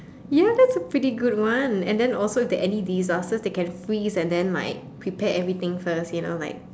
ya that's a pretty good one and then also if there's any disasters they can freeze and then like prepare everything first you know like